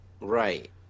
Right